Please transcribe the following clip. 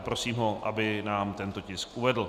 Prosím ho, aby nám tento tisk uvedl.